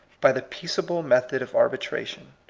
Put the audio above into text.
by the peaceable method of arbitration.